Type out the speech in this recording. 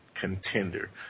contender